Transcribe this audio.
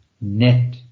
net